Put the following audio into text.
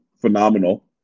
phenomenal